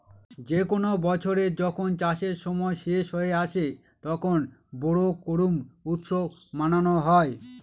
যে কোনো বছরে যখন চাষের সময় শেষ হয়ে আসে, তখন বোরো করুম উৎসব মানানো হয়